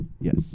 yes